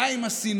די עם השנאה,